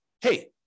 hey